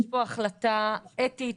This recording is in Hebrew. יש פה החלטה אתית,